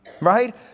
right